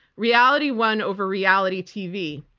reality won over reality tv.